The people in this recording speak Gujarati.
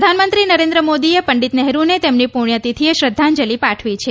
પ્રધાનમંત્રી નરેન્દ્ર મોદીએ પંડિત નેહરૂને તેમની પુણ્યતિથિએ શ્રદ્વાંજલિ પાઠવી છે